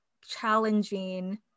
challenging